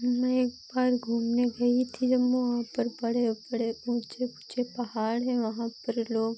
मैं एक बार घूमने गई थी जम्मू वहाँ पर बड़े बड़े ऊँचे ऊँचे पहाड़ हैं वहाँ पर लोग